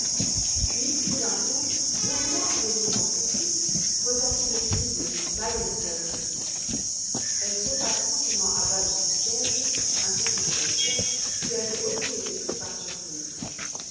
puis tout d'un coup au moment où elle n'y pensait plus retentit le cri de mayenfeld elle sauta promptement à bas de son siège ainsi que sébastien qui avait aussi été pris par surprise